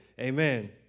Amen